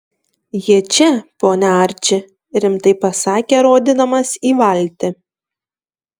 ji čia pone arči rimtai pasakė rodydamas į valtį